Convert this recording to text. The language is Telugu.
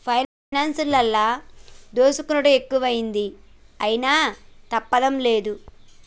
పైనాన్సులల్ల దోసుకునుడు ఎక్కువైతంది, అయినా తప్పుతలేదు